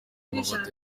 amafoto